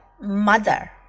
mother